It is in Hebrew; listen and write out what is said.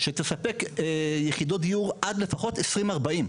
שתספק יחידות דיור עד לפחות 2040,